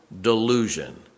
delusion